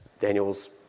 Daniel's